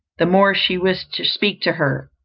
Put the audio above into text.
the more she wished to speak to her,